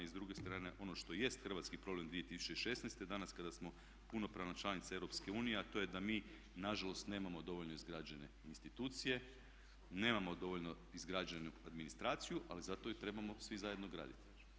I s druge strane ono što jest hrvatski problem 2016., danas kada smo punopravna članica Europske unije a to je da mi nažalost nemamo dovoljno izgrađene institucije, nemamo dovoljno izgrađenu administraciju ali zato ju trebamo svi zajedno graditi.